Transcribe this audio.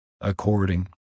according